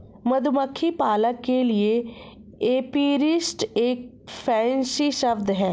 मधुमक्खी पालक के लिए एपीरिस्ट एक फैंसी शब्द है